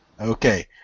Okay